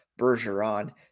Bergeron